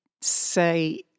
say